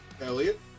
Elliot